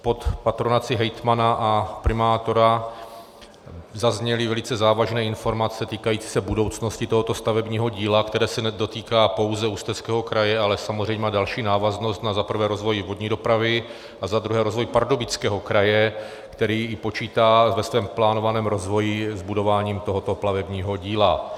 Pod patronací hejtmana a primátora zazněly velice závažné informace týkající se budoucnosti tohoto stavebního díla, které se nedotýká pouze Ústeckého kraje, ale samozřejmě má další návaznost na za prvé rozvoj vodní dopravy a za druhé rozvoj Pardubického kraje, který počítá ve svém plánovaném rozvoji s budováním tohoto plavebního díla.